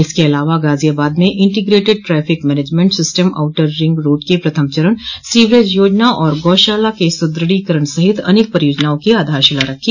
इसके अलावा गाजियाबाद में integrated traffic management system outer ring road के प्रथम चरण सीवरेज योजना ओर गौशाला के सुदृढ़ीकरण सहित अनेक परियोजनाओं की आधारशिला रखी